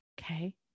Okay